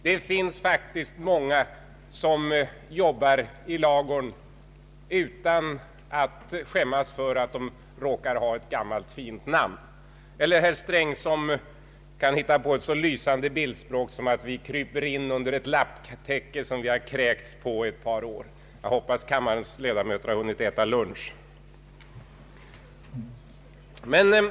Det finns många som jobbar i ladugården utan att skämmas för att de råkar ha ett gammalt fint namn. Herr Sträng kan också finna ett mycket lysande bildspråk — t.ex. hans liknelse att vi kryper in under ett lapptäcke som vi kräkts på i ett par år. — Jag hoppas att kammarens ledamöter har hunnit äta lunch.